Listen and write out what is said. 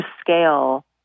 scale